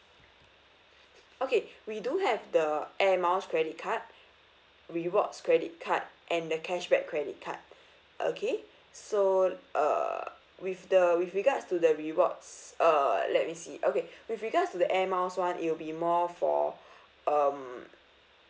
okay we do have the air miles credit card rewards credit card and the cashback credit card okay so uh with the with regards to the rewards uh let me see okay with regards to the air miles one it will be more for um